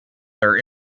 their